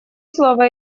слово